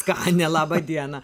skanią laba diena